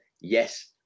Yes